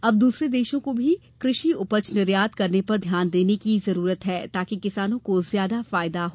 अब दूसरे देशों को भी कृषि उपज निर्यात करने पर ध्यान देने की जरूरत है ताकि किसानों को ज्यादा फायदा हो